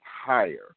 higher